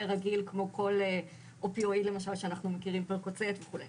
רגיל כמו כל רגיל כמו כל אופיו כמו פרקוסט וכו'.